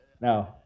No